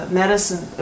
medicine